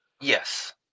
Yes